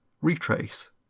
Retrace